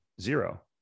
zero